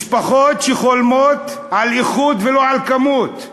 משפחות שחולמות על איכות, ולא על כמות.